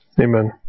Amen